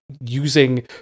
using